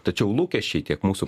tačiau lūkesčiai tiek mūsų